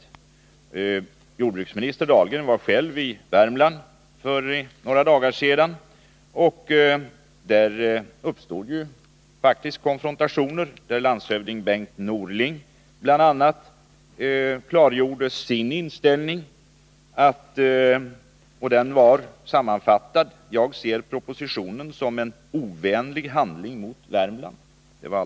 Jordbruksminister Anders Dahlgren var själv i Värmland för några dagar sedan, och då uppstod faktiskt konfrontationer. där bl.a. landshövding Bengt Norling klargjorde sin inställning, som sammanfattat var: Jag ser propositionen som en ovänlig handling mot Värmland.